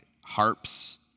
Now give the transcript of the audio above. harps